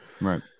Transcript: Right